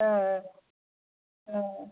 ஆ ஆ ஆ